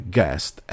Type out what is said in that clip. Guest